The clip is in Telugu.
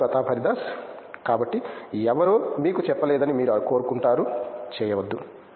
ప్రొఫెసర్ ప్రతాప్ హరిదాస్ కాబట్టి ఎవరో మీకు చెప్పలేదని మీరు కోరుకుంటారు చేయవద్దు